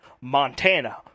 Montana